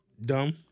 Dumb